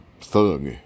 thug